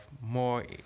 more